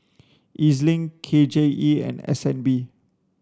E Z Link K J E and S N B